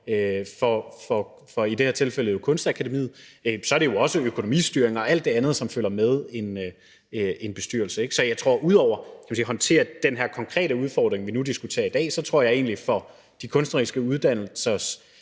for i det her tilfælde Kunstakademiet, og så er der jo også økonomistyring og alt det andet, som følger med en bestyrelse. Så ud over at håndtere den her konkrete udfordring, vi nu diskuterer i dag, tror jeg egentlig, at det for de kunstneriske uddannelsers